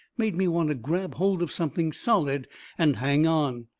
made me want to grab hold of something solid and hang on.